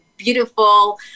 beautiful